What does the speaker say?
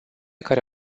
care